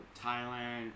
Thailand